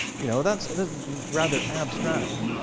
you know that's that's rather abstract.